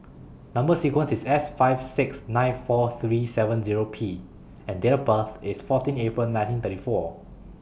Number sequence IS S five six nine four three seven Zero P and Date of birth IS fourteen April nineteen thirty four